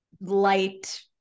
light